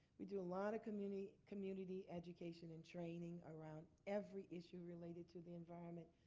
we do a lot of community community education and training around every issue related to the environment.